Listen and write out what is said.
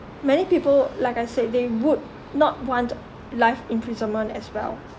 many people like I said they would not want life imprisonment as well